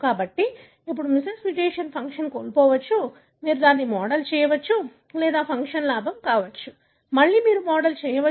కాబట్టి ఇప్పుడు missense mutation function కోల్పోవచ్చు మీరు దానిని మోడల్ చేయవచ్చు లేదా ఫంక్షన్ లాభం కావచ్చు మళ్లీ మీరు మోడల్ చేయవచ్చు